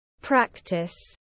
practice